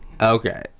Okay